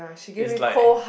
is like